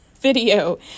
video